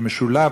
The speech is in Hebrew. שמשולב,